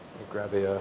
grab a